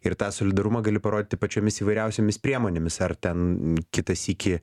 ir tą solidarumą gali parodyti pačiomis įvairiausiomis priemonėmis ar ten kitą sykį